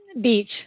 beach